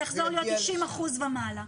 זה יחזור להיות 90 אחוזים ומעלה.